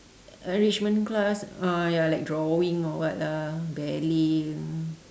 enrichment class uh ya like drawing or what lah ballet